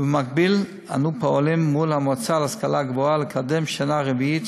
ובמקביל אנו פועלים מול המועצה להשכלה גבוהה לקדם שנה רביעית,